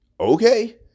okay